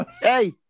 Hey